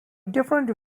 different